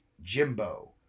Jimbo